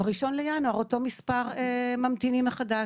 ב-1 בינואר אותו מספר ממתינים מחדש.